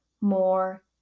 more